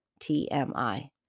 TMI